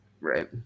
Right